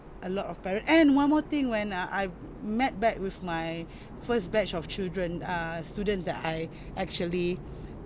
a lot of parent and one more thing when uh I met back with my first batch of children err students that I actually